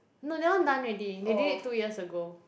no that one done already they did it two years ago